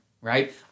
right